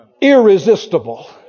Irresistible